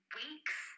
weeks